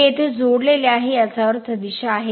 हे येथे जोडलेले आहे याचा अर्थ दिशा आहे